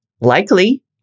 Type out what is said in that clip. likely